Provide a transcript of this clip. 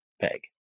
Peg